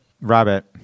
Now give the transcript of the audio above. rabbit